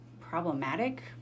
problematic